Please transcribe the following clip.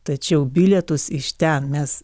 tačiau bilietus iš ten mes